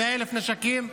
100,000 נשקים.